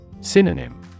Synonym